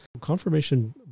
confirmation